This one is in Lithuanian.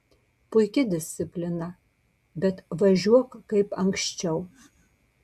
puiki disciplina bet važiuok kaip anksčiau